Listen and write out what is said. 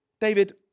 David